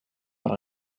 but